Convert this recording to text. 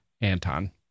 Anton